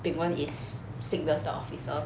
bing wen is signals 的 officer